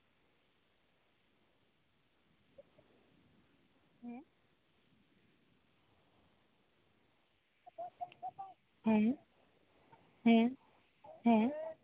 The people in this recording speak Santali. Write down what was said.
ᱦᱮᱸ ᱦᱮᱸ ᱦᱮᱸ ᱦᱮᱸ